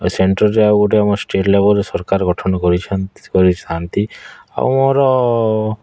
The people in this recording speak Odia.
ସେଣ୍ଟରରେ ଆଉ ଗୋଟେ ଆମର ଷ୍ଟେଟ୍ ଲେବଲ୍ରେ ସରକାର ଗଠନ କରିଛନ୍ତି କରିଥାନ୍ତି ଆଉ ଆମର